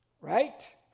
Right